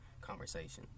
conversations